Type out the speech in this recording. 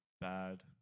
bad